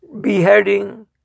beheading